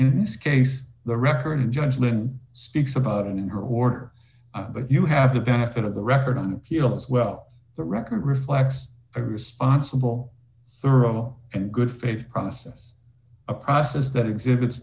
in this case the record judge lynn speaks about it in her order but you have the benefit of the record on feel as well the record reflects a responsible thorough and good faith process a process that exhibits